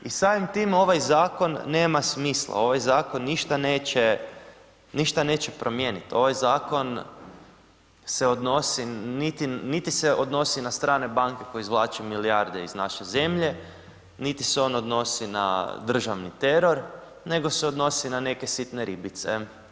I samim tim ovaj zakon nema smisla, ovaj zakon ništa neće, ništa neće promijeniti, ovaj zakon se odnosi, niti se odnosi na strane banke koje izvlače milijarde iz naše zemlje, niti se on odnosi na državni teror, nego se odnosi na neke sitne ribice.